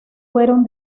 fueron